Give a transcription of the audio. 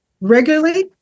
regularly